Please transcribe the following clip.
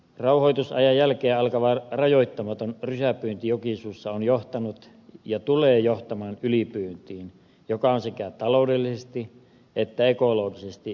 rauhoitusajan jälkeen alkava rajoittamaton rysäpyynti jokisuussa on johtanut ja tulee johtamaan ylipyyntiin joka on sekä taloudellisesti että ekologisesti järjetöntä